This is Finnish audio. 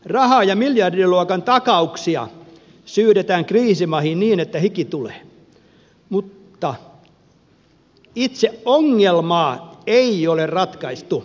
rahaa ja miljardiluokan takauksia syydetään kriisimaihin niin että hiki tulee mutta itse ongelmaa ei ole ratkaistu